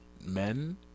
men